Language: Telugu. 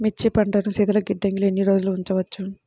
మిర్చి పంటను శీతల గిడ్డంగిలో ఎన్ని రోజులు ఉంచవచ్చు?